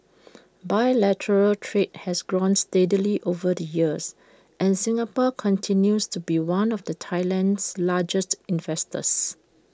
bilateral trade has grown steadily over the years and Singapore continues to be one of the Thailand's largest investors